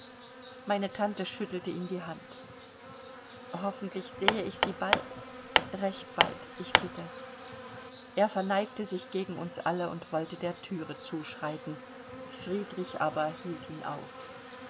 meine tante schüttelte ihm die hand hoffentlich sehe ich sie bald recht bald ich bitte er verneigte sich gegen uns alle und wollte der thüre zuschreiten friedrich aber hielt ihn auf